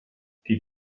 die